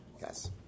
Yes